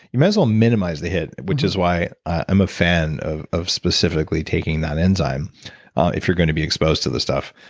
you might as well minimize the hit, which is why i'm a fan of of specifically taking that enzyme if you're gonna be exposed to this stuff.